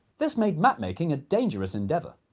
this made map-making a dangerous endeavour.